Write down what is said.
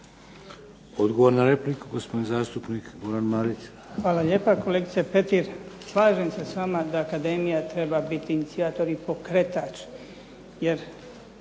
Odgovor na repliku, gospodin zastupnik Goran Marić. **Marić, Goran (HDZ)** Hvala lijepa kolegice Petir. Slažem se s vama da Akademija treba biti inicijator i pokretač, jer